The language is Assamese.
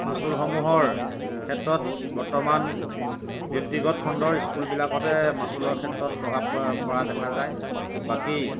মাচুলসমূহৰ ক্ষেত্ৰত বৰ্তমান ব্যক্তিগত খণ্ডৰ স্কুলবিলাকতহে মাচুলৰ ক্ষেত্ৰত প্ৰভাৱ পৰা পৰা দেখা যায় বাকী